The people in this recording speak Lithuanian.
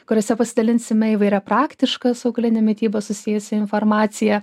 kuriuose pasidalinsime įvairia praktiška su augaline mityba susijusia informacija